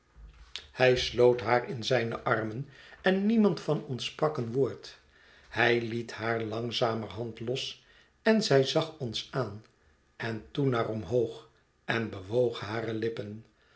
hij sloot haar in zijne armen en niemand van ons sprak een woord hij liet haar langzamerhand los en zij zag ons aan en toen naar omhoog en bewoog hare lippen